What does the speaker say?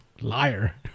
liar